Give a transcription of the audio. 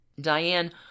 Diane